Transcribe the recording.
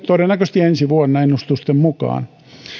todennäköisesti ensi vuonna ennustusten mukaan